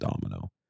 Domino